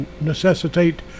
necessitate